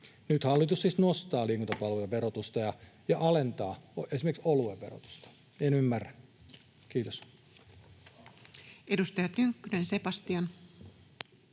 Nyt hallitus siis nostaa liikuntapalvelujen verotusta ja alentaa esimerkiksi oluen verotusta. En ymmärrä. — Kiitos. [Speech 588] Speaker: